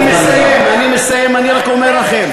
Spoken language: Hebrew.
אני מסיים, אני מסיים, אני רק אומר לכם,